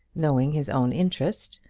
knowing his own interest,